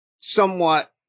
somewhat